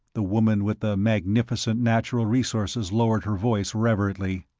the woman with the magnificent natural resources lowered her voice reverently,